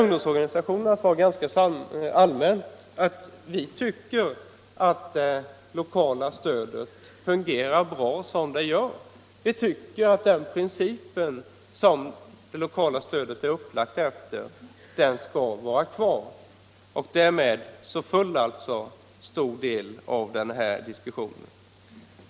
Ungdomsorganisationerna tyckte emellertid samfällt att det lokala stödet fungerade bra och att principen för det lokala stödet därför borde få vara kvar. Därmed föll alltså en stor del av den diskussionen.